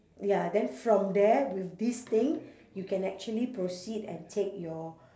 ya then from there with this thing you can actually proceed and take your